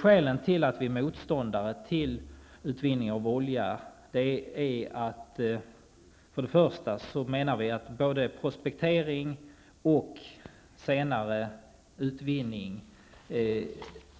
Skälen till att vi är motståndare till utvinning av olja är för att vi anser att både prospektering och senare utvinning